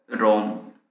Rome